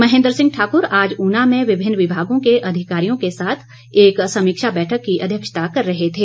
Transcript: महेन्द्र सिंह ठाक़र आज उना में विभिन्न विभागों के अधिकारियों के साथ एक समीक्षा बैठक की अध्यक्षता कर रहे थे